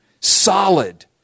solid